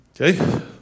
Okay